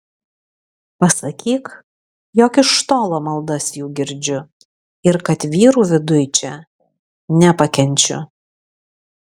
pasakyk jog iš tolo maldas jų girdžiu ir kad vyrų viduj čia nepakenčiu